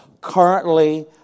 currently